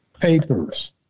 papers